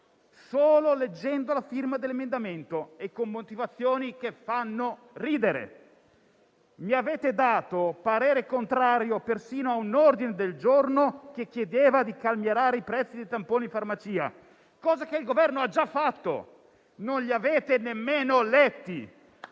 solo leggendo la firma dell'emendamento e con motivazioni che fanno ridere. Avete dato parere contrario persino a un ordine del giorno che chiedeva di calmierare i prezzi dei tamponi in farmacia, misura che il Governo ha già preso. Non li avete nemmeno letti!